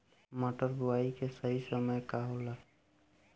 मटर बुआई के सही समय का होला?